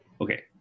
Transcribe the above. Okay